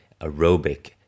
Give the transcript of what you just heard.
aerobic